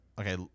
okay